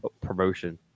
promotion